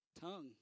tongue